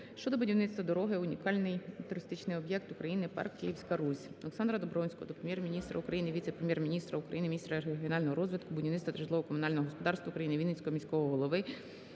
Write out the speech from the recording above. щодо будівництва дороги в унікальний туристичний об'єкт України - парк "Київська Русь".